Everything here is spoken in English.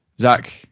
Zach